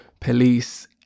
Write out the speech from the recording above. police